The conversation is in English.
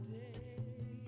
day